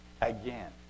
again